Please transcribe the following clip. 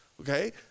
okay